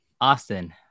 Austin